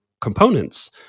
components